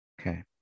Okay